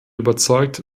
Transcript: überzeugt